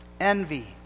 envy